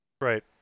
Right